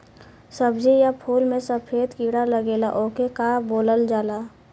सब्ज़ी या फुल में सफेद कीड़ा लगेला ओके का बोलल जाला?